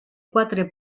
quatre